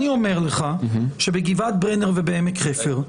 אני אומר לך שבגבעת ברנר ובעמק חפר,